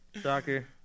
Shocker